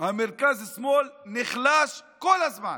המרכז-שמאל נחלש כל הזמן,